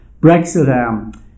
Brexit